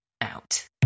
out